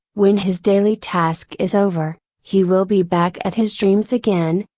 when his daily task is over, he will be back at his dreams again,